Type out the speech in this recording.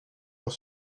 pour